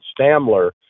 Stamler